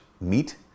meat